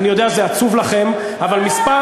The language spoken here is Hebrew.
אני יודע, זה עצוב לכם, במדינת ישראל.